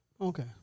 Okay